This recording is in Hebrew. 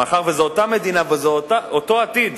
מאחר שזו אותה מדינה וזה אותו עתיד,